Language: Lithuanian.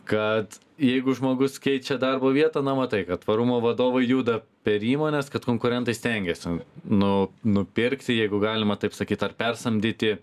kad jeigu žmogus keičia darbo vietą na matai kad tvarumo vadovai juda per įmones kad konkurentai stengiasi nu nupirkt jeigu galima taip sakyt ar persamdyti